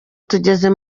tugeze